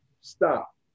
stop